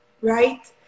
right